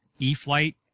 eFlight